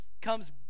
comes